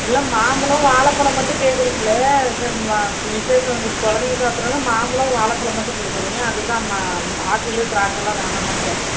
இல்லை மாம்பழம் வாழப் பழம் மட்டும் கேட்குறிங்களே இது மா விஷேசம் கொழந்தைங்க சாப்பிட்றது மாம்பழம் வாழைப் பழம் மட்டும் கேட்குறிங்க அதுதாம்மா ஆப்பிளு திராட்சைலாம் வேணாமான்னு கேட்டேன்